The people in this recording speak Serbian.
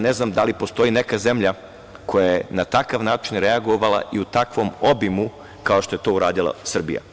Ne znam da li postoji neka zemlja koja je na takav način reagovala i u takvom obimu kao što je to uradila Srbija.